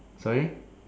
sorry